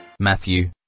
Matthew